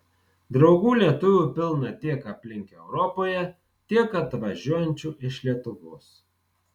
draugų lietuvių pilna tiek aplink europoje tiek atvažiuojančių iš lietuvos